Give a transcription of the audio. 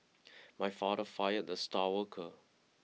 my father fired the star worker